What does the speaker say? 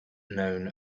known